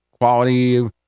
quality